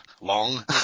long